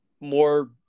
more